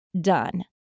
done